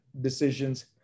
decisions